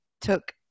took